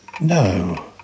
No